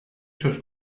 söz